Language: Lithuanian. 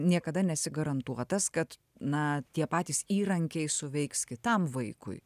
niekada nesi garantuotas kad na tie patys įrankiai suveiks kitam vaikui